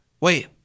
Wait